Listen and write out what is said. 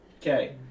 Okay